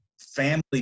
family